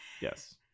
Yes